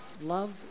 Love